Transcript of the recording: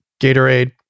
gatorade